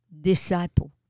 disciple